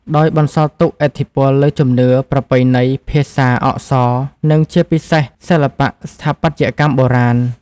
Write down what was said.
ដោយបន្សល់ទុកឥទ្ធិពលលើជំនឿ ប្រពៃណី ភាសា អក្សរ និងជាពិសេសសិល្បៈស្ថាបត្យកម្មបុរាណ។